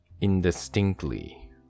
indistinctly